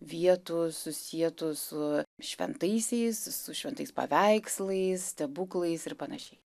vietų susietų su šventaisiais su šventais paveikslais stebuklais ir panašiai